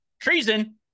treason